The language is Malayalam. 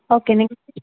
ഓക്കെ നിങ്ങൾ